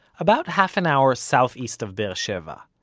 about half an hour southeast of be'er sheva,